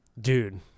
dude